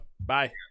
Bye